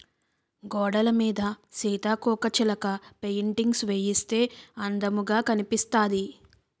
గోడలమీద సీతాకోకచిలక పెయింటింగ్స్ వేయిస్తే అందముగా కనిపిస్తాది